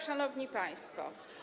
Szanowni Państwo!